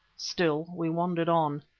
still we wandered on.